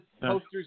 posters